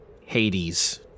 hades